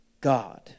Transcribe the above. God